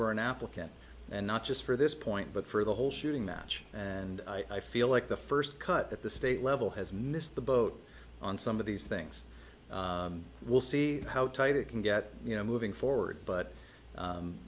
an applicant and not just for this point but for the whole shooting match and i feel like the first cut the state level has missed the boat on some of these things will see how tight it can get you know moving forward but